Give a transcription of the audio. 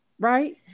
Right